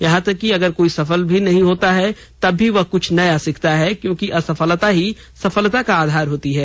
यहां तक कि अगर कोई सफल नहीं भी होता है तब भी वह कुछ नया सीखता है क्योंकि असफलता ही सफलता का आधार होती है